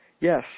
Yes